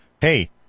hey